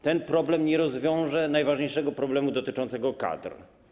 Ten problem nie rozwiąże najważniejszego problemu dotyczącego kadr.